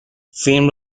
فیلم